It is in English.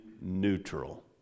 neutral